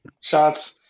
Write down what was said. Shots